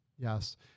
Yes